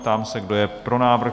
Ptám se, kdo je pro návrh?